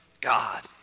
God